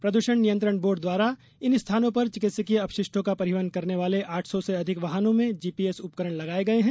प्रदूषण नियंत्रण बोर्ड द्वारा इन स्थानों पर चिकित्सकीय अपशिष्टों का परिवहन करने वाले आठ सौ से अधिक वाहनो में जीपीएस उपकरण लगाये गये हैं